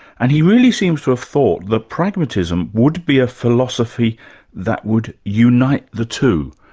and he really seems to have thought that pragmatism would be a philosophy that would unite the two.